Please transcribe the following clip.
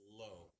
low